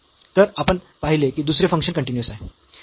तर आपण पाहिले की दुसरे फंक्शन कन्टीन्यूअस आहे